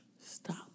Stop